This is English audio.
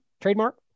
Trademark